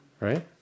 Right